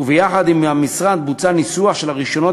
וביחד עם המשרד בוצע ניסוח של הרישיונות